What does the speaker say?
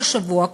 כל שבוע,